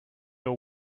your